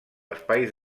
espais